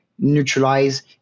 neutralize